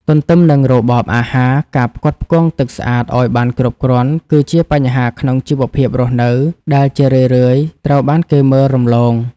ទន្ទឹមនឹងរបបអាហារ ការផ្គត់ផ្គង់ទឹកស្អាតឱ្យបានគ្រប់គ្រាន់ គឺជាបញ្ហាក្នុងជីវភាពរស់នៅ ដែលជារឿយៗត្រូវបានគេមើលរំលង។